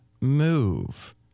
move